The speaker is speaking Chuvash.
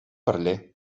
пӗрле